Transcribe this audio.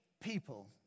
people